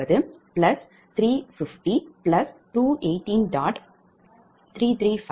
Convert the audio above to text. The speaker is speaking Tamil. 669 350 218